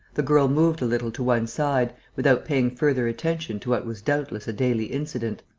the girl moved a little to one side, without paying further attention to what was doubtless a daily incident.